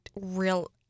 real